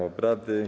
obrady.